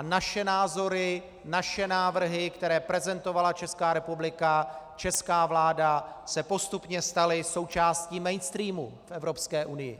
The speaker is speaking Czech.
Naše názory, návrhy, které prezentovala Česká republika, česká vláda, se postupně staly součástí mainstreamu v Evropské unii.